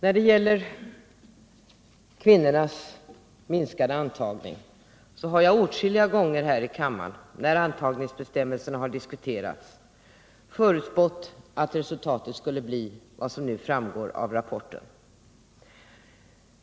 I fråga om den minskade antagningen av kvinnor har jag åtskilliga gånger här i kammaren, när antagningsbestämmelserna diskuterats, förutspått att resultatet skulle bli vad som nu framgår av rapporten.